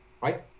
right